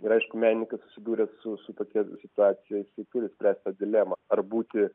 ir aišku menininkas susidūręs su su tokia situacija jisai turi spręsti dilemą ar būti